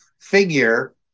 figure